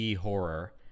horror